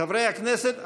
חברי הכנסת,